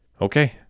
Okay